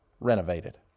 renovated